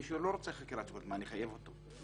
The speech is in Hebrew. אם מישהו לא רוצה חקירת יכולת, אני אחייב אותו?